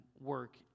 work